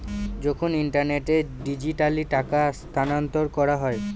যখন ইন্টারনেটে ডিজিটালি টাকা স্থানান্তর করা হয়